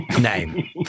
name